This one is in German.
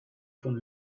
von